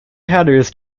hatters